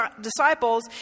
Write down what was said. disciples